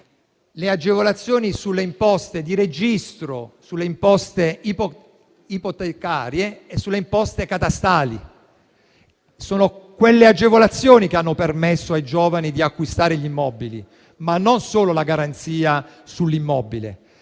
le agevolazioni sulle imposte di registro, sulle imposte ipotecarie e su quelle catastali. Sono tali agevolazioni che hanno permesso ai giovani di acquistare gli immobili e non solo la garanzia sull’immobile.